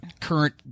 current